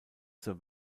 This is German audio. zur